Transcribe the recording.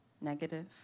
negative